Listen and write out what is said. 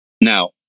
Now